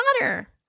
water